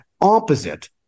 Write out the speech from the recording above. opposite